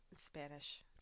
Spanish